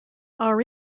our